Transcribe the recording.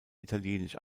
italienisch